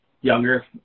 younger